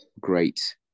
great